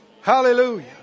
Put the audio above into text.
Hallelujah